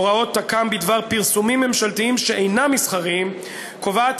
הוראת תכ"ם בדבר פרסומים ממשלתיים שאינם מסחריים קובעת